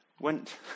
went